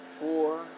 Four